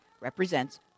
represents